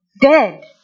Dead